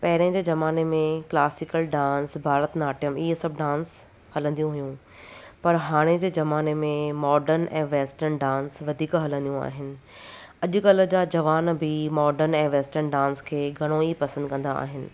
पहिरें जे ज़माने में क्लासिकल डांस भरत नाट्यम इहा सभु डांस हलदियूं हुयूं पर हाणे जे ज़माने में मॉर्डन ऐं वैस्टर्न डांस वधीक हलंदियूं आहिनि अॼुकल्ह जा जवान बि मॉर्डन ऐं वैस्टर्न डांस खे घणो ई पसंदि कंदा आहिनि